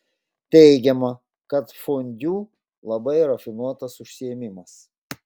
teigiama kad fondiu labai rafinuotas užsiėmimas